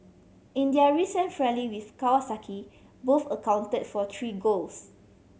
in their recent friendly with Kawasaki both accounted for three goals